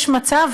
יש מצב,